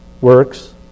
works